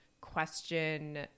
question